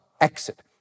exit